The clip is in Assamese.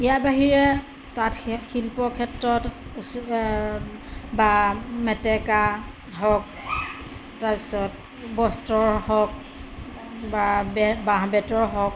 ইয়াৰ বাহিৰে তাত শ শিল্প ক্ষেত্ৰত বা মেটেকা হওক তাৰপিছত বস্ত্ৰৰ হওক বা বে বাঁহ বেতৰ হওক